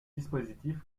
dispositif